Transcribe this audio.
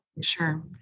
Sure